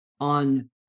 on